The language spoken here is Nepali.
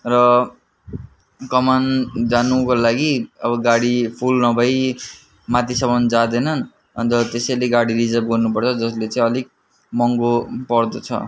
र कमान जानुको लागि अब गाडी फुल नभई माथिसम्म जाँदैनन् अन्त त्यसैले गाडी रिजर्व गर्नुपर्छ जसले चाहिं अलिक महँगो पर्दछ